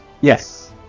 Yes